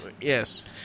Yes